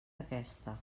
aquesta